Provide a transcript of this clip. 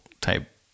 type